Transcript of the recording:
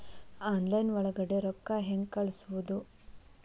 Online ಒಳಗಡೆ ರೊಕ್ಕ ಹೆಂಗ್ ಕಳುಹಿಸುವುದು?